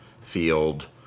field